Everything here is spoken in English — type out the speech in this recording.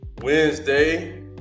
Wednesday